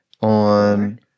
on